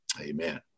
amen